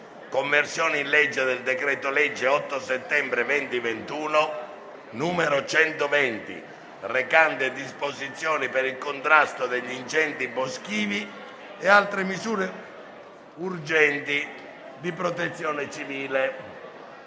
conversione in legge del decreto-legge 8 settembre 2021, n. 120, recante disposizioni per il contrasto degli incendi boschivi e altre misure urgenti di protezione civile